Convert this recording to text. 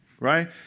right